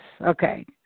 Okay